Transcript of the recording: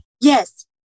Yes